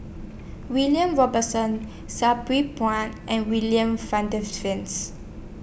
William Robinson Sabri Buang and William